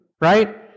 right